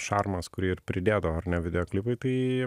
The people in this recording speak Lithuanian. šarmas kurį ir pridėdavo ar ne videoklipai tai